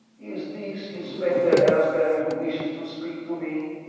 is this inspector aylesbury who wishes to speak to me?